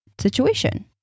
situation